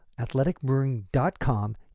athleticbrewing.com